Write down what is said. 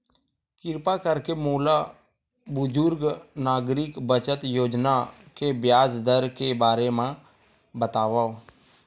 किरपा करके मोला बुजुर्ग नागरिक बचत योजना के ब्याज दर के बारे मा बतावव